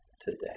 today